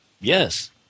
Yes